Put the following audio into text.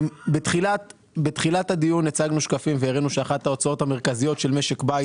בתחילת הדיון הצגנו שקפים והראינו שאחת ההוצאות המרכזיות של משק בית